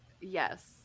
yes